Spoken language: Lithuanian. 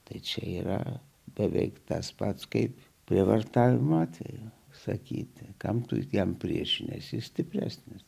tai čia yra beveik tas pats kaip prievartavimo atvejų sakyti kam tu jam priešinęsi stipresnis